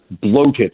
bloated